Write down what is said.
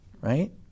Right